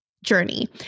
Journey